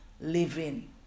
living